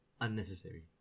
unnecessary